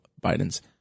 Biden's